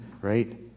right